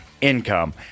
income